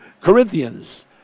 Corinthians